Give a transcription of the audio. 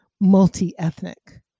multi-ethnic